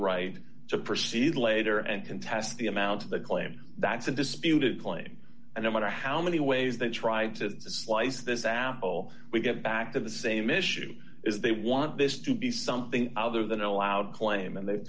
right to proceed later and contest the amount of the claim that's a disputed claim and no matter how many ways they tried to slice this apple we get back to the same issue is they want this to be something other than allowed claim and they've